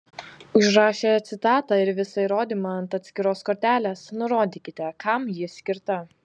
užrašę citatą ir visą įrodymą ant atskiros kortelės nurodykite kam ji skirta